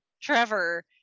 Trevor